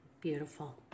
Beautiful